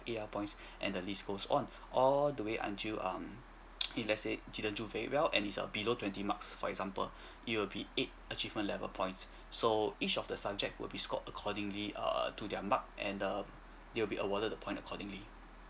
A_L points and the list goes on all the way until um he let's say didn't do very well and it's a below twenty marks for example it will be eight achievement level points so each of the subject will be scored accordingly err to their mark and the it will be awarded upon accordingly